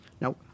Now